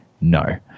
no